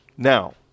Now